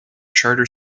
charter